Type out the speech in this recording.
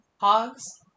hogs